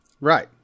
Right